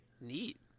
neat